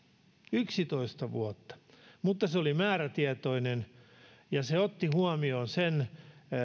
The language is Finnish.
yksitoista vuotta mutta se oli määrätietoinen ja se otti huomioon sen